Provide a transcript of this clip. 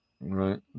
right